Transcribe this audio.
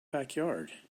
backyard